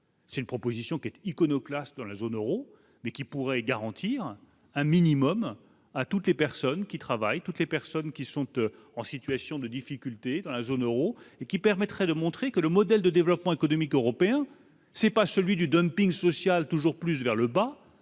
C'est une proposition qui est iconoclaste dans la zone Euro mais qui pourrait garantir un minimum à toutes les personnes qui travaillent toutes les personnes qui sont, eux, en situation de difficulté dans la zone Euro qui permettraient de montrer que le modèle de développement économique européen, c'est pas celui du dumping social toujours plus vers le bas,